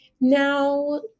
now